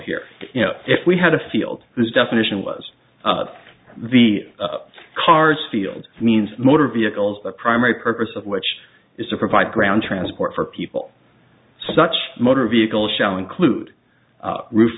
here you know if we had a field whose definition was the up cars field means motor vehicles the primary purpose of which is to provide ground transport for people such as motor vehicle shall include roof